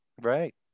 Right